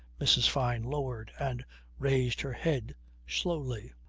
mrs. fyne lowered and raised her head slowly.